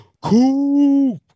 Coop